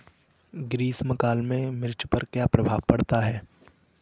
ग्रीष्म काल में मिर्च पर क्या प्रभाव पड़ता है?